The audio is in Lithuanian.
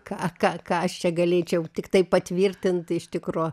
ką ką ką aš čia galėčiau tiktai patvirtint iš tikro